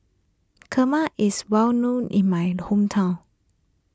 Kheema is well known in my hometown